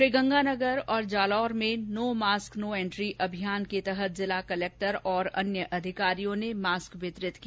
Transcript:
श्रीगंगानगर और जालोर में no mask no entry अभियान के तहत जिला कलेक्टर और अन्य अधिकारियों ने शहर में मास्क वितरण किया